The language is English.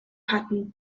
pattern